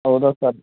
ಹೌದಾ ಸರ್